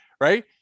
right